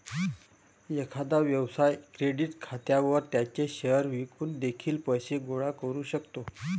एखादा व्यवसाय क्रेडिट खात्यावर त्याचे शेअर्स विकून देखील पैसे गोळा करू शकतो